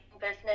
business